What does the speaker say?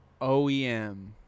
OEM